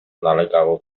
nalegał